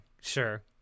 sure